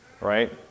right